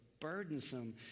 burdensome